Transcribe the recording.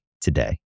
today